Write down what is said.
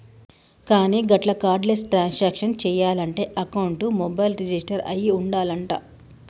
కానీ గట్ల cardless transaction చేయాలంటే అకౌంట్ మొబైల్ రిజిస్టర్ అయి ఉండాలంట